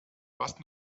was